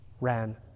ran